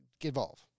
evolve